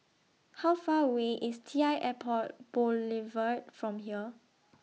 How Far away IS T L Airport Boulevard from here